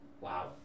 wow